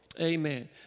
Amen